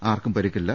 ആർക്കും പരിക്കില്ല